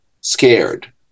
scared